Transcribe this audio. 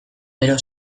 bero